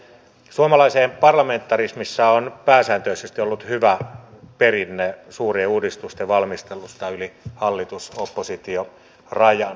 suomalaisessa parlamentarismissa on pääsääntöisesti ollut hyvä perinne suurien uudistusten valmistelusta yli hallitusoppositio rajan